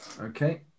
okay